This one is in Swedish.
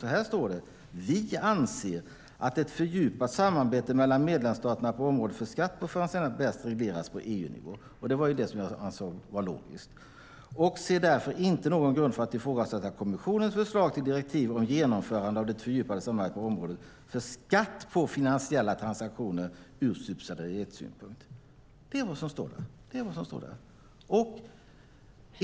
Så här står det: "Vi anser att ett fördjupat samarbete mellan medlemsstaterna på området för skatt på finansiella transaktioner bäst regleras på EU-nivå" - det var det som jag ansåg vara logiskt - "och ser därför inte någon grund för att ifrågasätta kommissionens förslag till direktiv om genomförande av det fördjupade samarbetet på området för skatt på finansiella transaktioner ur subsidiaritetssynpunkt." Det är vad som står där.